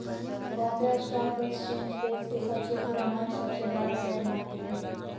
Bombay stock exchange देश के सबसे पुराना और सबसे बड़ा शेयर मार्केट हइ